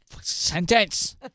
sentence